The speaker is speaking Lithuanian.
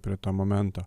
prie to momento